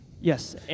Yes